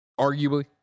arguably